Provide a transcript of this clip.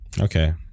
Okay